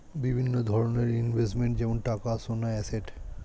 বিভিন্ন ধরনের ইনভেস্টমেন্ট যেমন টাকা, সোনা, অ্যাসেট